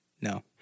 No